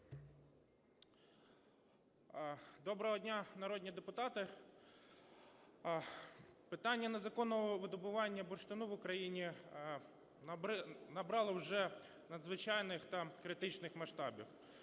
Доброго дня, народні депутати! Питання незаконного видобування бурштину в Україні набрало вже надзвичайних та критичних масштабів.